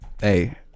hey